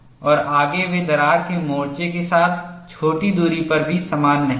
और आगे वे दरार के मोर्चे के साथ छोटी दूरी पर भी समान नहीं हैं